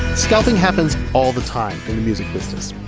scalping happens all the time in the music business,